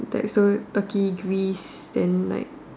that is uh Turkey Greece then like